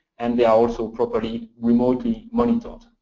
and they are also properly remotely monitored.